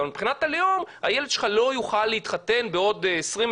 אבל מבחינת הלאום הילד שלך לא יוכל להתחתן בעוד 20,